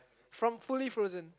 from fully frozen